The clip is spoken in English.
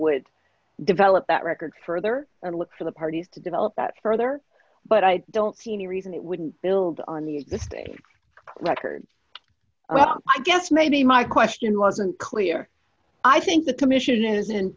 would develop that record further and look for the parties to develop that further but i don't see any reason it wouldn't build on the existing record i guess maybe my question wasn't clear i think the commission is in